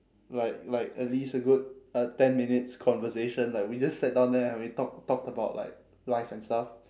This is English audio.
like like at least a good a ten minutes conversation like we just sat down there and we talk~ talked about like life and stuff